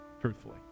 truthfully